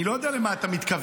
אני לא יודע למה אתה מתכוון.